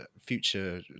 future